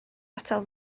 atal